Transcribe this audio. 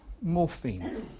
morphine